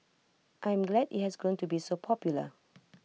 I am glad IT has grown to be so popular